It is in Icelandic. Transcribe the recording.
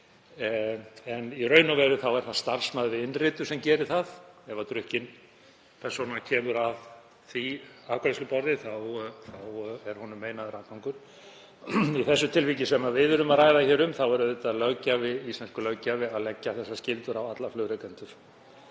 En í raun og veru er það starfsmaður við innritun sem gerir það, ef drukkin persóna kemur að því afgreiðsluborði er henni t.d. meinaður aðgangur. Í þessu tilviki sem við erum að ræða hér um er auðvitað íslenskur löggjafi að leggja þessar skyldur á alla flugrekendur.